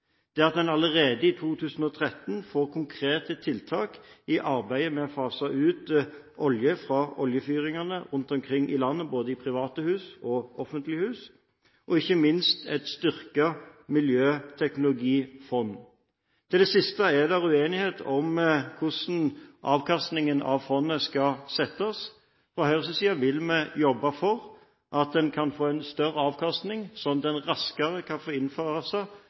det at man allerede i 2013 får konkrete tiltak i arbeidet med å fase ut oljefyring rundt omkring i landet, både i private hus og i offentlige hus, og ikke minst vil jeg trekke fram et styrket miljøteknologifond. Om dette siste er det uenighet om hvordan avkastningen av fondet skal settes. Fra Høyres side vil vi jobbe for at man kan få en større avkastning, slik at man raskere kan